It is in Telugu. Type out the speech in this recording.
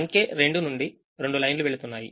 అంకె 2 నుండి 2 లైన్స్ వెళుతున్నాయి